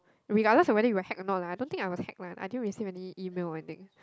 regardless you of whether you were hack or not lah I don't think I was hack lah I didn't receive any email or anything